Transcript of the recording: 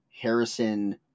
Harrison